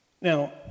Now